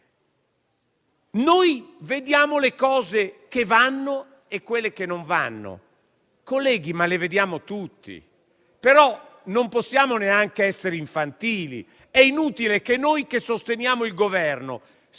italiano. Le cose che vanno e quelle che non vanno, colleghi, le vediamo tutti, ma non possiamo neanche essere infantili. È inutile che noi che sosteniamo il Governo